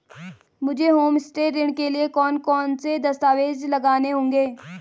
मुझे होमस्टे ऋण के लिए कौन कौनसे दस्तावेज़ लगाने होंगे?